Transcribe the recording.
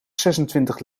zesentwintig